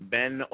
Ben